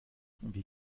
wie